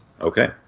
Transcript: Okay